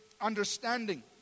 understanding